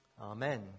Amen